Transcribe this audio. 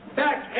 back